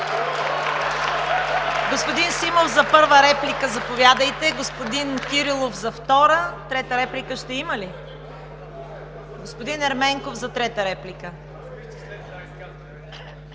Господин Симов за първа реплика – заповядайте. Господин Кирилов за втора. Трета реплика ще има ли? Господин Ерменков за трета реплика.